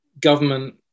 Government